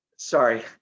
Sorry